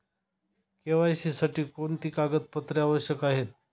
KYC साठी कोणती कागदपत्रे आवश्यक आहेत?